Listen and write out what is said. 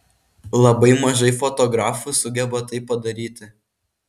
labai mažai fotografų sugeba tai padaryti